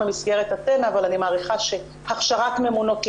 והחלת תנאים דומים לתנאים שחלים במוסדות אחרים,